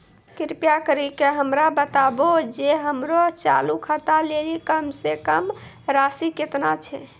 कृपा करि के हमरा बताबो जे हमरो चालू खाता लेली कम से कम राशि केतना छै?